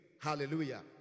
Hallelujah